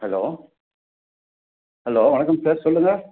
hello hello வணக்கம் sir சொல்லுங்கள்